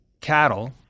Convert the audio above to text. cattle